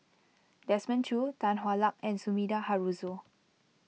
Desmond Choo Tan Hwa Luck and Sumida Haruzo